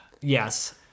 Yes